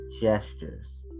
gestures